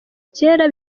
cyera